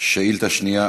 שאילתה שנייה,